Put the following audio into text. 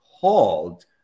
called